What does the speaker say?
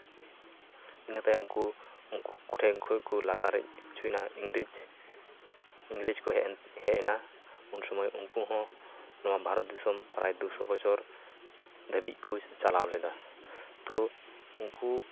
ᱤᱱᱟᱹ ᱛᱟᱭᱚᱢ ᱠᱩ ᱩᱱᱠᱩ ᱠᱚᱴᱷᱮᱡ ᱠᱷᱚᱡ ᱠᱚ ᱞᱟᱜᱟ ᱦᱮᱡ ᱦᱚᱪᱚᱭᱱᱟ ᱤᱝᱨᱮᱹᱡᱽ ᱤᱝᱨᱮᱹᱡᱽ ᱠᱚ ᱦᱮᱡᱼᱮᱱᱟ ᱩᱱ ᱥᱚᱢᱚᱭ ᱩᱱᱠᱩ ᱦᱚᱸ ᱱᱚᱣᱟ ᱵᱷᱟᱨᱚᱛ ᱫᱤᱥᱚᱢ ᱯᱨᱟᱭ ᱫᱩ ᱥᱚ ᱵᱚᱪᱷᱚᱨ ᱫᱷᱟᱹᱵᱤᱡ ᱠᱚ ᱪᱟᱞᱟᱣ ᱞᱮᱫᱟ ᱛᱚ ᱩᱱᱠᱩ